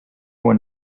when